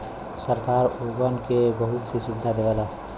सरकार ओगन के बहुत सी सुविधा देवला